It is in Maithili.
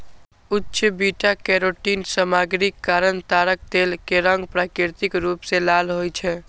उच्च बीटा कैरोटीन सामग्रीक कारण ताड़क तेल के रंग प्राकृतिक रूप सं लाल होइ छै